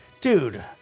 Dude